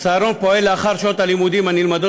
הצהרון פועל לאחר שעות הלימודים הנלמדות